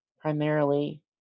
primarily